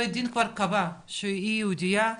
בית דין כבר קבע שהיא יהודייה,